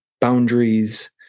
boundaries